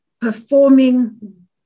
performing